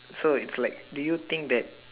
so it's like do you think that